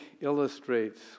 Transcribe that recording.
illustrates